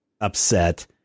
upset